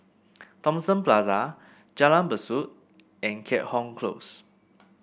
Thomson Plaza Jalan Besut and Keat Hong Close